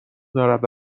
دارد